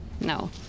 No